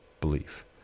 Belief